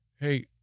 Hey